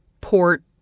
port